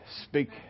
speak